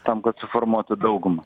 tam kad suformuotų daugumą